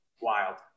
Wild